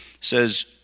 says